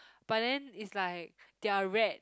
but then it's like they are red